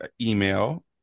email